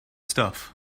stuff